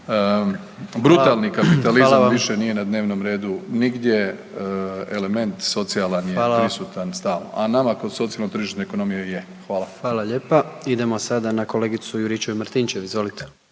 brutalni kapitalizam više nije na dnevnom redu nigdje, element socijalan je prisutan stalno, a nama kao socijalno tržište ekonomije je. Hvala. **Jandroković, Gordan (HDZ)** Fala lijepa. Idemo sada na kolegicu Juričev-Martinčev, izvolite.